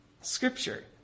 Scripture